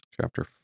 Chapter